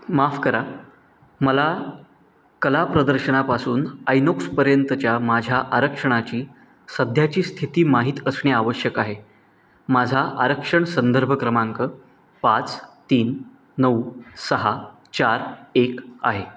माफ करा मला कला प्रदर्शनापासून आयनोक्सपर्यंतच्या माझ्या आरक्षणाची सध्याची स्थिती माहीत असणे आवश्यक आहे माझा आरक्षण संदर्भ क्रमांक पाच तीन नऊ सहा चार एक आहे